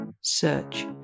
Search